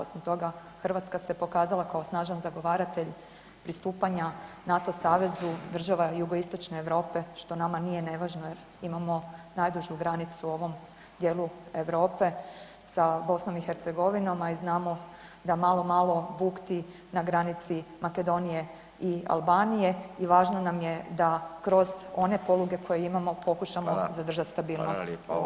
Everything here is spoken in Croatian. Osim toga, Hrvatska se pokazala kao snažan zagovaratelj pristupanja NATO savezu država jugoistočne Europe, što nama nije nevažno, imamo najdužu granicu u ovom dijelu Europe sa BiH, a i znamo da malo, malo bukti na granici Makedonije i Albanije i važno nam je da kroz one poluge koje imamo pokušamo [[Upadica: Fala]] zadržat stabilnost u ovom dijelu Europe.